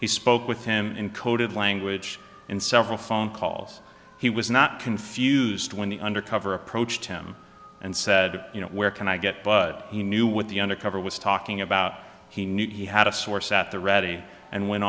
he spoke with him in coded language in several phone calls he was not confused when the undercover approached him and said you know where can i get but he knew what the undercover was talking about he knew he had a source at the ready and went